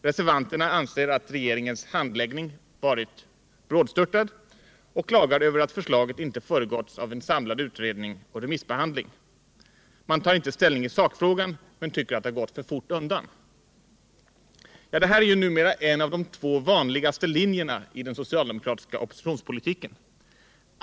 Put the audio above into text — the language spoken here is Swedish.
Reservanterna anser att regeringens handläggning har varit brådstörtad och klagar över att förslaget inte föregåtts av en samlad utredning och remissbehandling. Man tar inte ställning i sakfrågan, men man tycker att det gått för fort undan. Ja, det här är ju numera en av de två vanligaste linjerna i den socialdemokratiska oppositionspolitiken.